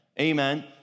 Amen